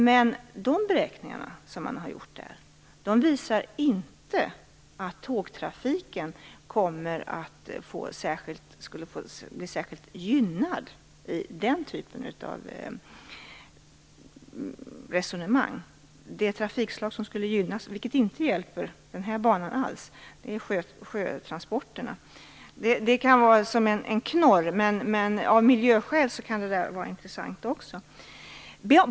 Men dessa beräkningar visar inte att tågtrafiken skulle bli särskilt gynnad i den typen av resonemang. Det trafikslag som skulle gynnas, vilket inte hjälper den här banan alls, är sjötransporterna. Det kan sägas som en knorr, men det kan vara intressant av miljöskäl också.